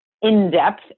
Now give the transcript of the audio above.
in-depth